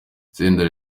senderi